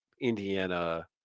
indiana